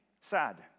Sad